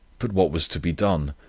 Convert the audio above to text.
but what was to be done?